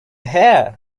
hare